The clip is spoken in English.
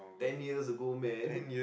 ten years ago man